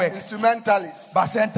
Instrumentalists